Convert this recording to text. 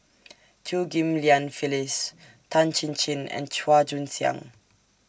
Chew Ghim Lian Phyllis Tan Chin Chin and Chua Joon Siang